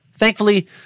Thankfully